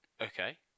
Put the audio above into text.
Okay